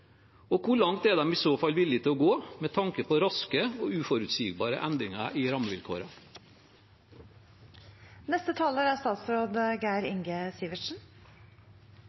Og hvor langt er de i så fall villige til å gå med tanke på raske og uforutsigbare endringer i rammevilkårene? La meg først takke for mottakelsen. Det er